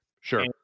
Sure